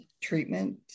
treatment